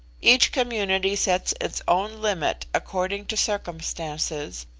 each community sets its own limit according to circumstances,